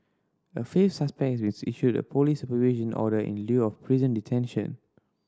a fifth suspect issued a police supervision order in lieu of prison detention